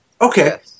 Okay